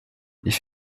ich